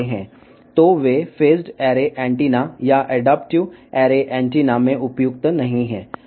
కాబట్టి అవి phased array antenna లో మరియు అడాప్టివ్ అర్రే యాంటెన్నా లో తగినవి కావు